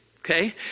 okay